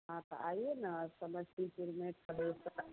हाँ तो आइए ना समस्तीपुर में